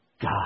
God